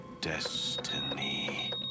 Destiny